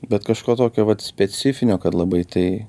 bet kažko tokio vat specifinio kad labai tai